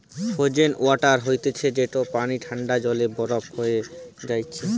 frozen water হতিছে যেটি পানি ঠান্ডায় জমে বরফ হয়ে যায়টে